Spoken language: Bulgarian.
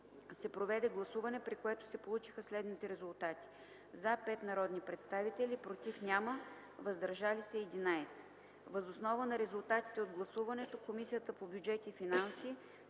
се проведе гласуване, при което се получиха следните резултати: „за” - 5 народни представители, „против” няма, „въздържали се” - 11. Въз основа на резултатите от гласуването, Комисията по бюджети и финанси